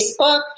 Facebook